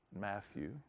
Matthew